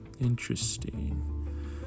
interesting